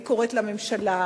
אני קוראת לממשלה,